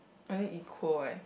only eco eh